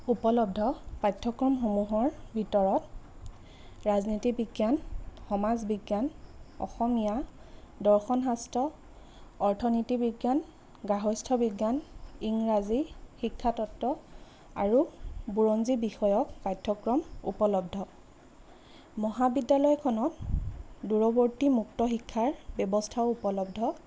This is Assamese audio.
উপলব্ধ পাঠ্যক্ৰমসমূহৰ ভিতৰত ৰাজনীতি বিজ্ঞান সমাজ বিজ্ঞান অসমীয়া দৰ্শন শাস্ত্ৰ অৰ্থনীতি বিজ্ঞান গাৰ্হস্থ্য় বিজ্ঞান ইংৰাজী শিক্ষাতত্ব আৰু বুৰঞ্জী বিষয়ক পাঠ্য়ক্ৰম উপলব্ধ মহাবিদ্যালয়খনত দূৰৱৰ্তী মুক্ত শিক্ষাৰ ব্যৱস্থাও উপলব্ধ